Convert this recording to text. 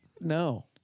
No